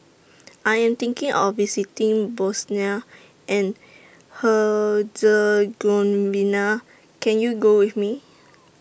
I Am thinking of visiting Bosnia and Herzegovina Can YOU Go with Me